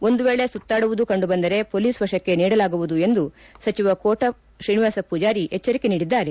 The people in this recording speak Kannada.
ಒಂದು ವೇಳೆ ಸುತ್ತಾಡುವುದು ಕಂಡು ಬಂದರೆ ಪೊಲೀಸ್ ವಶಕ್ಕೆ ನೀಡಲಾಗುವುದು ಎಂದು ಸಚಿವ ಕೋಟಾ ಎಚ್ಚರಿಕೆ ನೀಡಿದ್ದಾರೆ